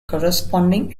corresponding